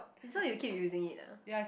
this one you keep using it ah